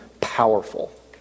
powerful